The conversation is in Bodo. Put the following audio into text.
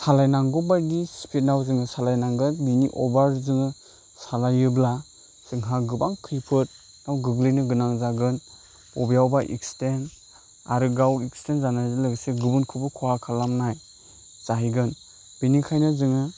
सालायनांगौबादि सिफिदाव जोङो सालायनांगोन बिनि अभार जोङो सालायोब्ला जोंहा गोबां खैफोदाव गोग्लैनो गोनां जागोन बबेयावबा एक्सिडेन्ट आरो गाव एक्सिडेन्ट जानायजों लोगोसे गुबुनखौबो खहा खालामनाय जाहैगोन बेनिखायनो जोङो